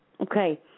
Okay